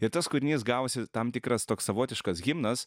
ir tas kūrinys gavosi tam tikras toks savotiškas himnas